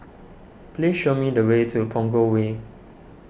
please show me the way to Punggol Way